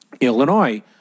Illinois